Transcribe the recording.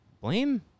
blame